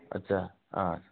अच्छा हाँ